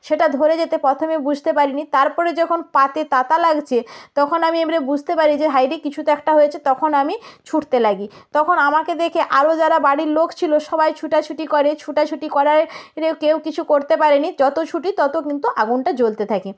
সেটা ধরে যেতে প্রথমে বুঝতে পারিনি তার পরে যখন পাতে তাত লাগছে তখন আমি এবারে বুঝতে পারি যে হায় রে কিছু তো একটা হয়েছে তখন আমি ছুটতে লাগি তখন আমাকে দেখে আরও যারা বাড়ির লোক ছিল সবাই ছুটাছুটি করে ছুটাছুটি করায় কেউ কিছু করতে পারেনি যত ছুটি তত কিন্তু আগুনটা জ্বলতে থাকে